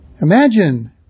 Imagine